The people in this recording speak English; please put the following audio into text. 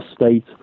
state